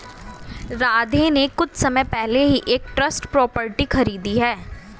राधे ने कुछ समय पहले ही एक ट्रस्ट प्रॉपर्टी खरीदी है